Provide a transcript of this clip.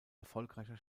erfolgreicher